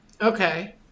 Okay